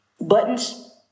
Buttons